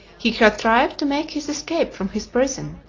he contrived to make his escape from his prison,